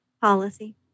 Policy